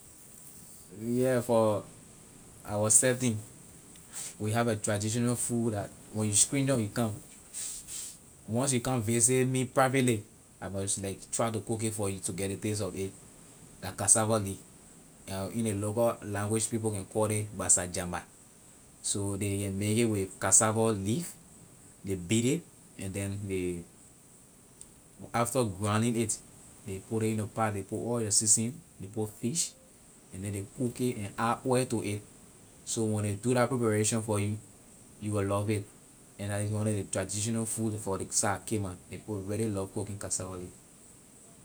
Yeah for our setting we have a traditional food that when you stranger you come once you come visit me privately I must like try to cook it for you to get ley taste of it la cassava leaf and in the local language people can call it gbasajabah so ley can make it with cassava leaf ley beat it and then ley after grounding it ley put in the pot ley put all the season ley put fish and then ley cook it and add oil to it so when they do la preparation for you, you will love it and that is one of the traditinal food for this side cape mount ley people really love cooking cassava leaf.